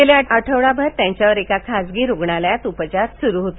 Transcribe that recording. गेले आठवडाभर त्यांच्यावर एका खाजगी रुग्णालयात उपचार सुरू होते